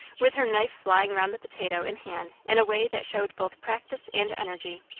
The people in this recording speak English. with her knife flying round the potato in hand in a way that showed both practice and energy.